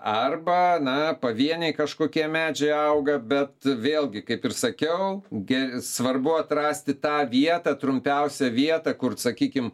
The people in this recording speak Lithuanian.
arba na pavieniai kažkokie medžiai auga bet vėlgi kaip ir sakiau gi svarbu atrasti tą vietą trumpiausią vietą kur sakykim